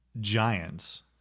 Giants